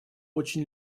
очень